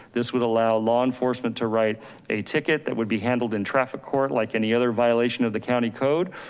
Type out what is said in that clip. this would allow law enforcement to write a ticket that would be handled in traffic court, like any other violation of the county code,